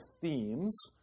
themes